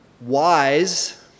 wise